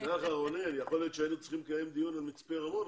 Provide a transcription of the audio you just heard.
יכול להיות שהיינו צריכים לקיים עכשיו דיון על מצפה רמון